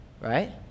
right